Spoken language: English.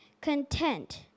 content